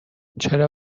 چرا